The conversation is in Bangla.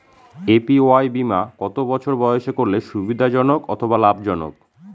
এ.পি.ওয়াই বীমা কত বছর বয়সে করলে সুবিধা জনক অথবা লাভজনক?